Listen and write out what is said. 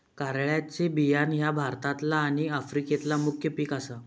कारळ्याचे बियाणा ह्या भारतातला आणि आफ्रिकेतला मुख्य पिक आसा